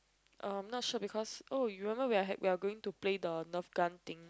uh not sure because oh you remember we had we are going to play the nerf gun thing